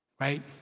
right